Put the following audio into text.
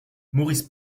maurice